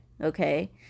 okay